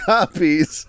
Copies